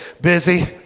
Busy